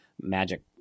magic